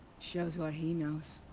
shows what he knows.